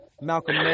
Malcolm